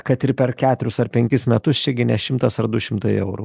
kad ir per ketverius ar penkis metus čiagi ne šimtas ar du šimtai eurų